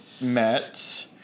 met